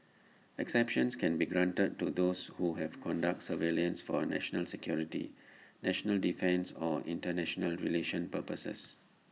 exceptions can be granted to those who have conduct surveillance for national security national defence or International relations purposes